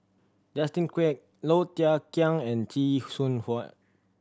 Justin Quek Low Thia Khiang and Chee Soon Huan